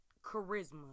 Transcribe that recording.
charisma